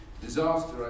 disaster